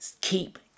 keep